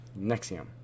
Nexium